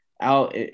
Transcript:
out